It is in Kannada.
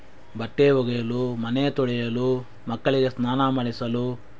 ಬಟ್ಟೆ ಒಗೆಯಲು ಮನೆ ತೊಳೆಯಲು ಮಕ್ಕಳಿಗೆ ಸ್ನಾನ ಮಾಡಿಸಲು